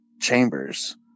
chambers